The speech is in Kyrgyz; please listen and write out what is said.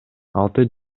алты